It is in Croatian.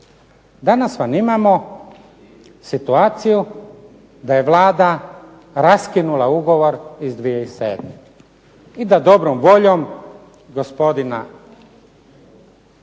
Danas vam imamo situaciju da je Vlada raskinula ugovor iz 2007. i da dobrom voljom gospodina